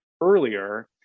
earlier